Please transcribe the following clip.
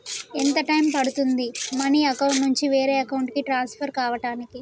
ఎంత టైం పడుతుంది money account నుంచి వేరే అకౌంట్ కి ట్రాన్స్ఫర్ కావటానికి?